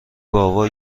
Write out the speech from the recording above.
گاوا